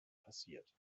passiert